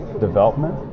development